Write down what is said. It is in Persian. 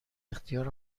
اختیار